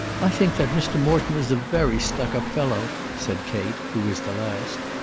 i think that mr. morton is a very stuck-up fellow, said kate, who was the last.